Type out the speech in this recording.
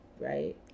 right